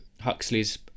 Huxley's